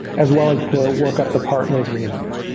as well as to work up the partner agreements.